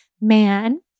man